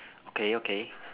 okay okay